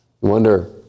wonder